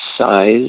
size